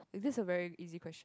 is this a very easy question